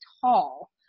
tall